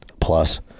plus